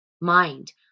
mind